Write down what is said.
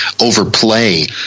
overplay